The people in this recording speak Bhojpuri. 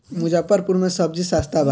मुजफ्फरपुर में सबजी सस्ता बा